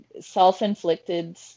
self-inflicted